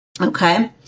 Okay